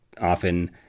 often